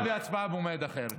תשובה והצבעה במועד אחר.